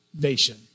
nation